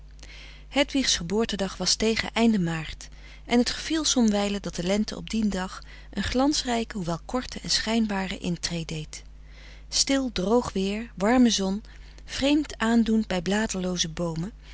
hedwigs geboortedag was tegen einde maart en het geviel somwijlen dat de lente op dien dag een glansrijke hoewel korte en schijnbare intree deed stil droog weer warme zon vreemd aandoend bij bladerlooze boomen